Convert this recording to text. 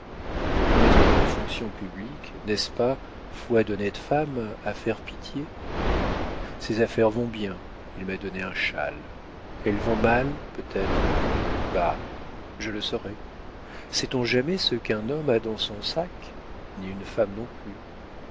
le mettre dans les fonctions publiques n'est-ce pas foi d'honnête femme à faire pitié ses affaires vont bien il m'a donné un châle elles vont mal peut-être bah je le saurais sait-on jamais ce qu'un homme a dans son sac ni une femme non plus